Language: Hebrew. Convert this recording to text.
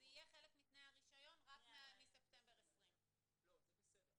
זה יהיה חלק מתנאי הרישיון רק החל מספטמבר 2020. זה בסדר.